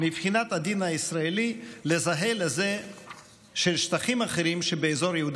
מבחינת הדין הישראלי לזהה לזה של שטחים אחרים שבאזור יהודה